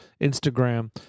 Instagram